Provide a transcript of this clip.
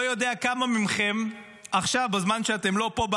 אני לא יודע כמה מכם בזמן שאתם לא פה,